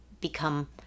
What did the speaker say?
become